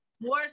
More